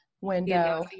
window